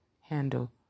handle